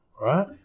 right